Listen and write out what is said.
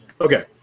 Okay